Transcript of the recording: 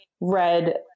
red